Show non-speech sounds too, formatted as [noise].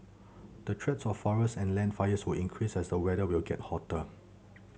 the threats of forest and land fires will increase as the weather will get hotter [noise]